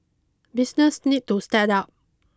business need to step up